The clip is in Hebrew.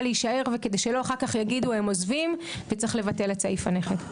להישאר ולא כדי שאחר כך יגידו: הם עוזבים וצריך לבטל את סעיף הנכד.